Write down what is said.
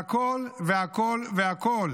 והכול, והכול, והכול